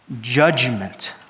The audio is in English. judgment